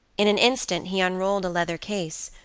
in an instant he unrolled a leather case,